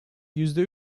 yüzde